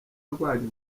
abarwanya